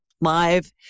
live